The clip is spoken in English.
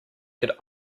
could